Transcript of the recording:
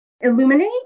illuminate